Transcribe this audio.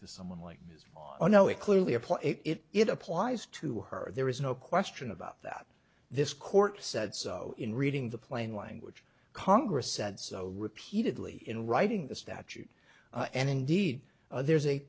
to someone like me is a no is clearly a play it applies to her there is no question about that this court said so in reading the plain language congress said so repeatedly in writing the statute and indeed there's a